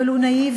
אבל הוא נאיבי.